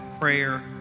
prayer